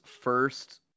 first